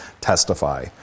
testify